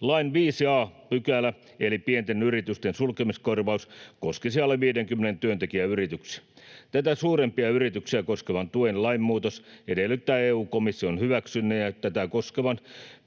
Lain 5 a § eli pienten yritysten sulkemiskorvaus koskisi alle 50 työntekijän yrityksiä. Tätä suurempia yrityksiä koskevan tuen lainmuutos edellyttää EU-komission hyväksynnän, ja tätä koskevan